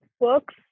books